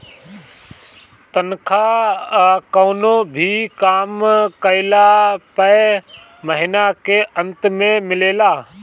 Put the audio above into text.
तनखा कवनो भी काम कइला पअ महिना के अंत में मिलेला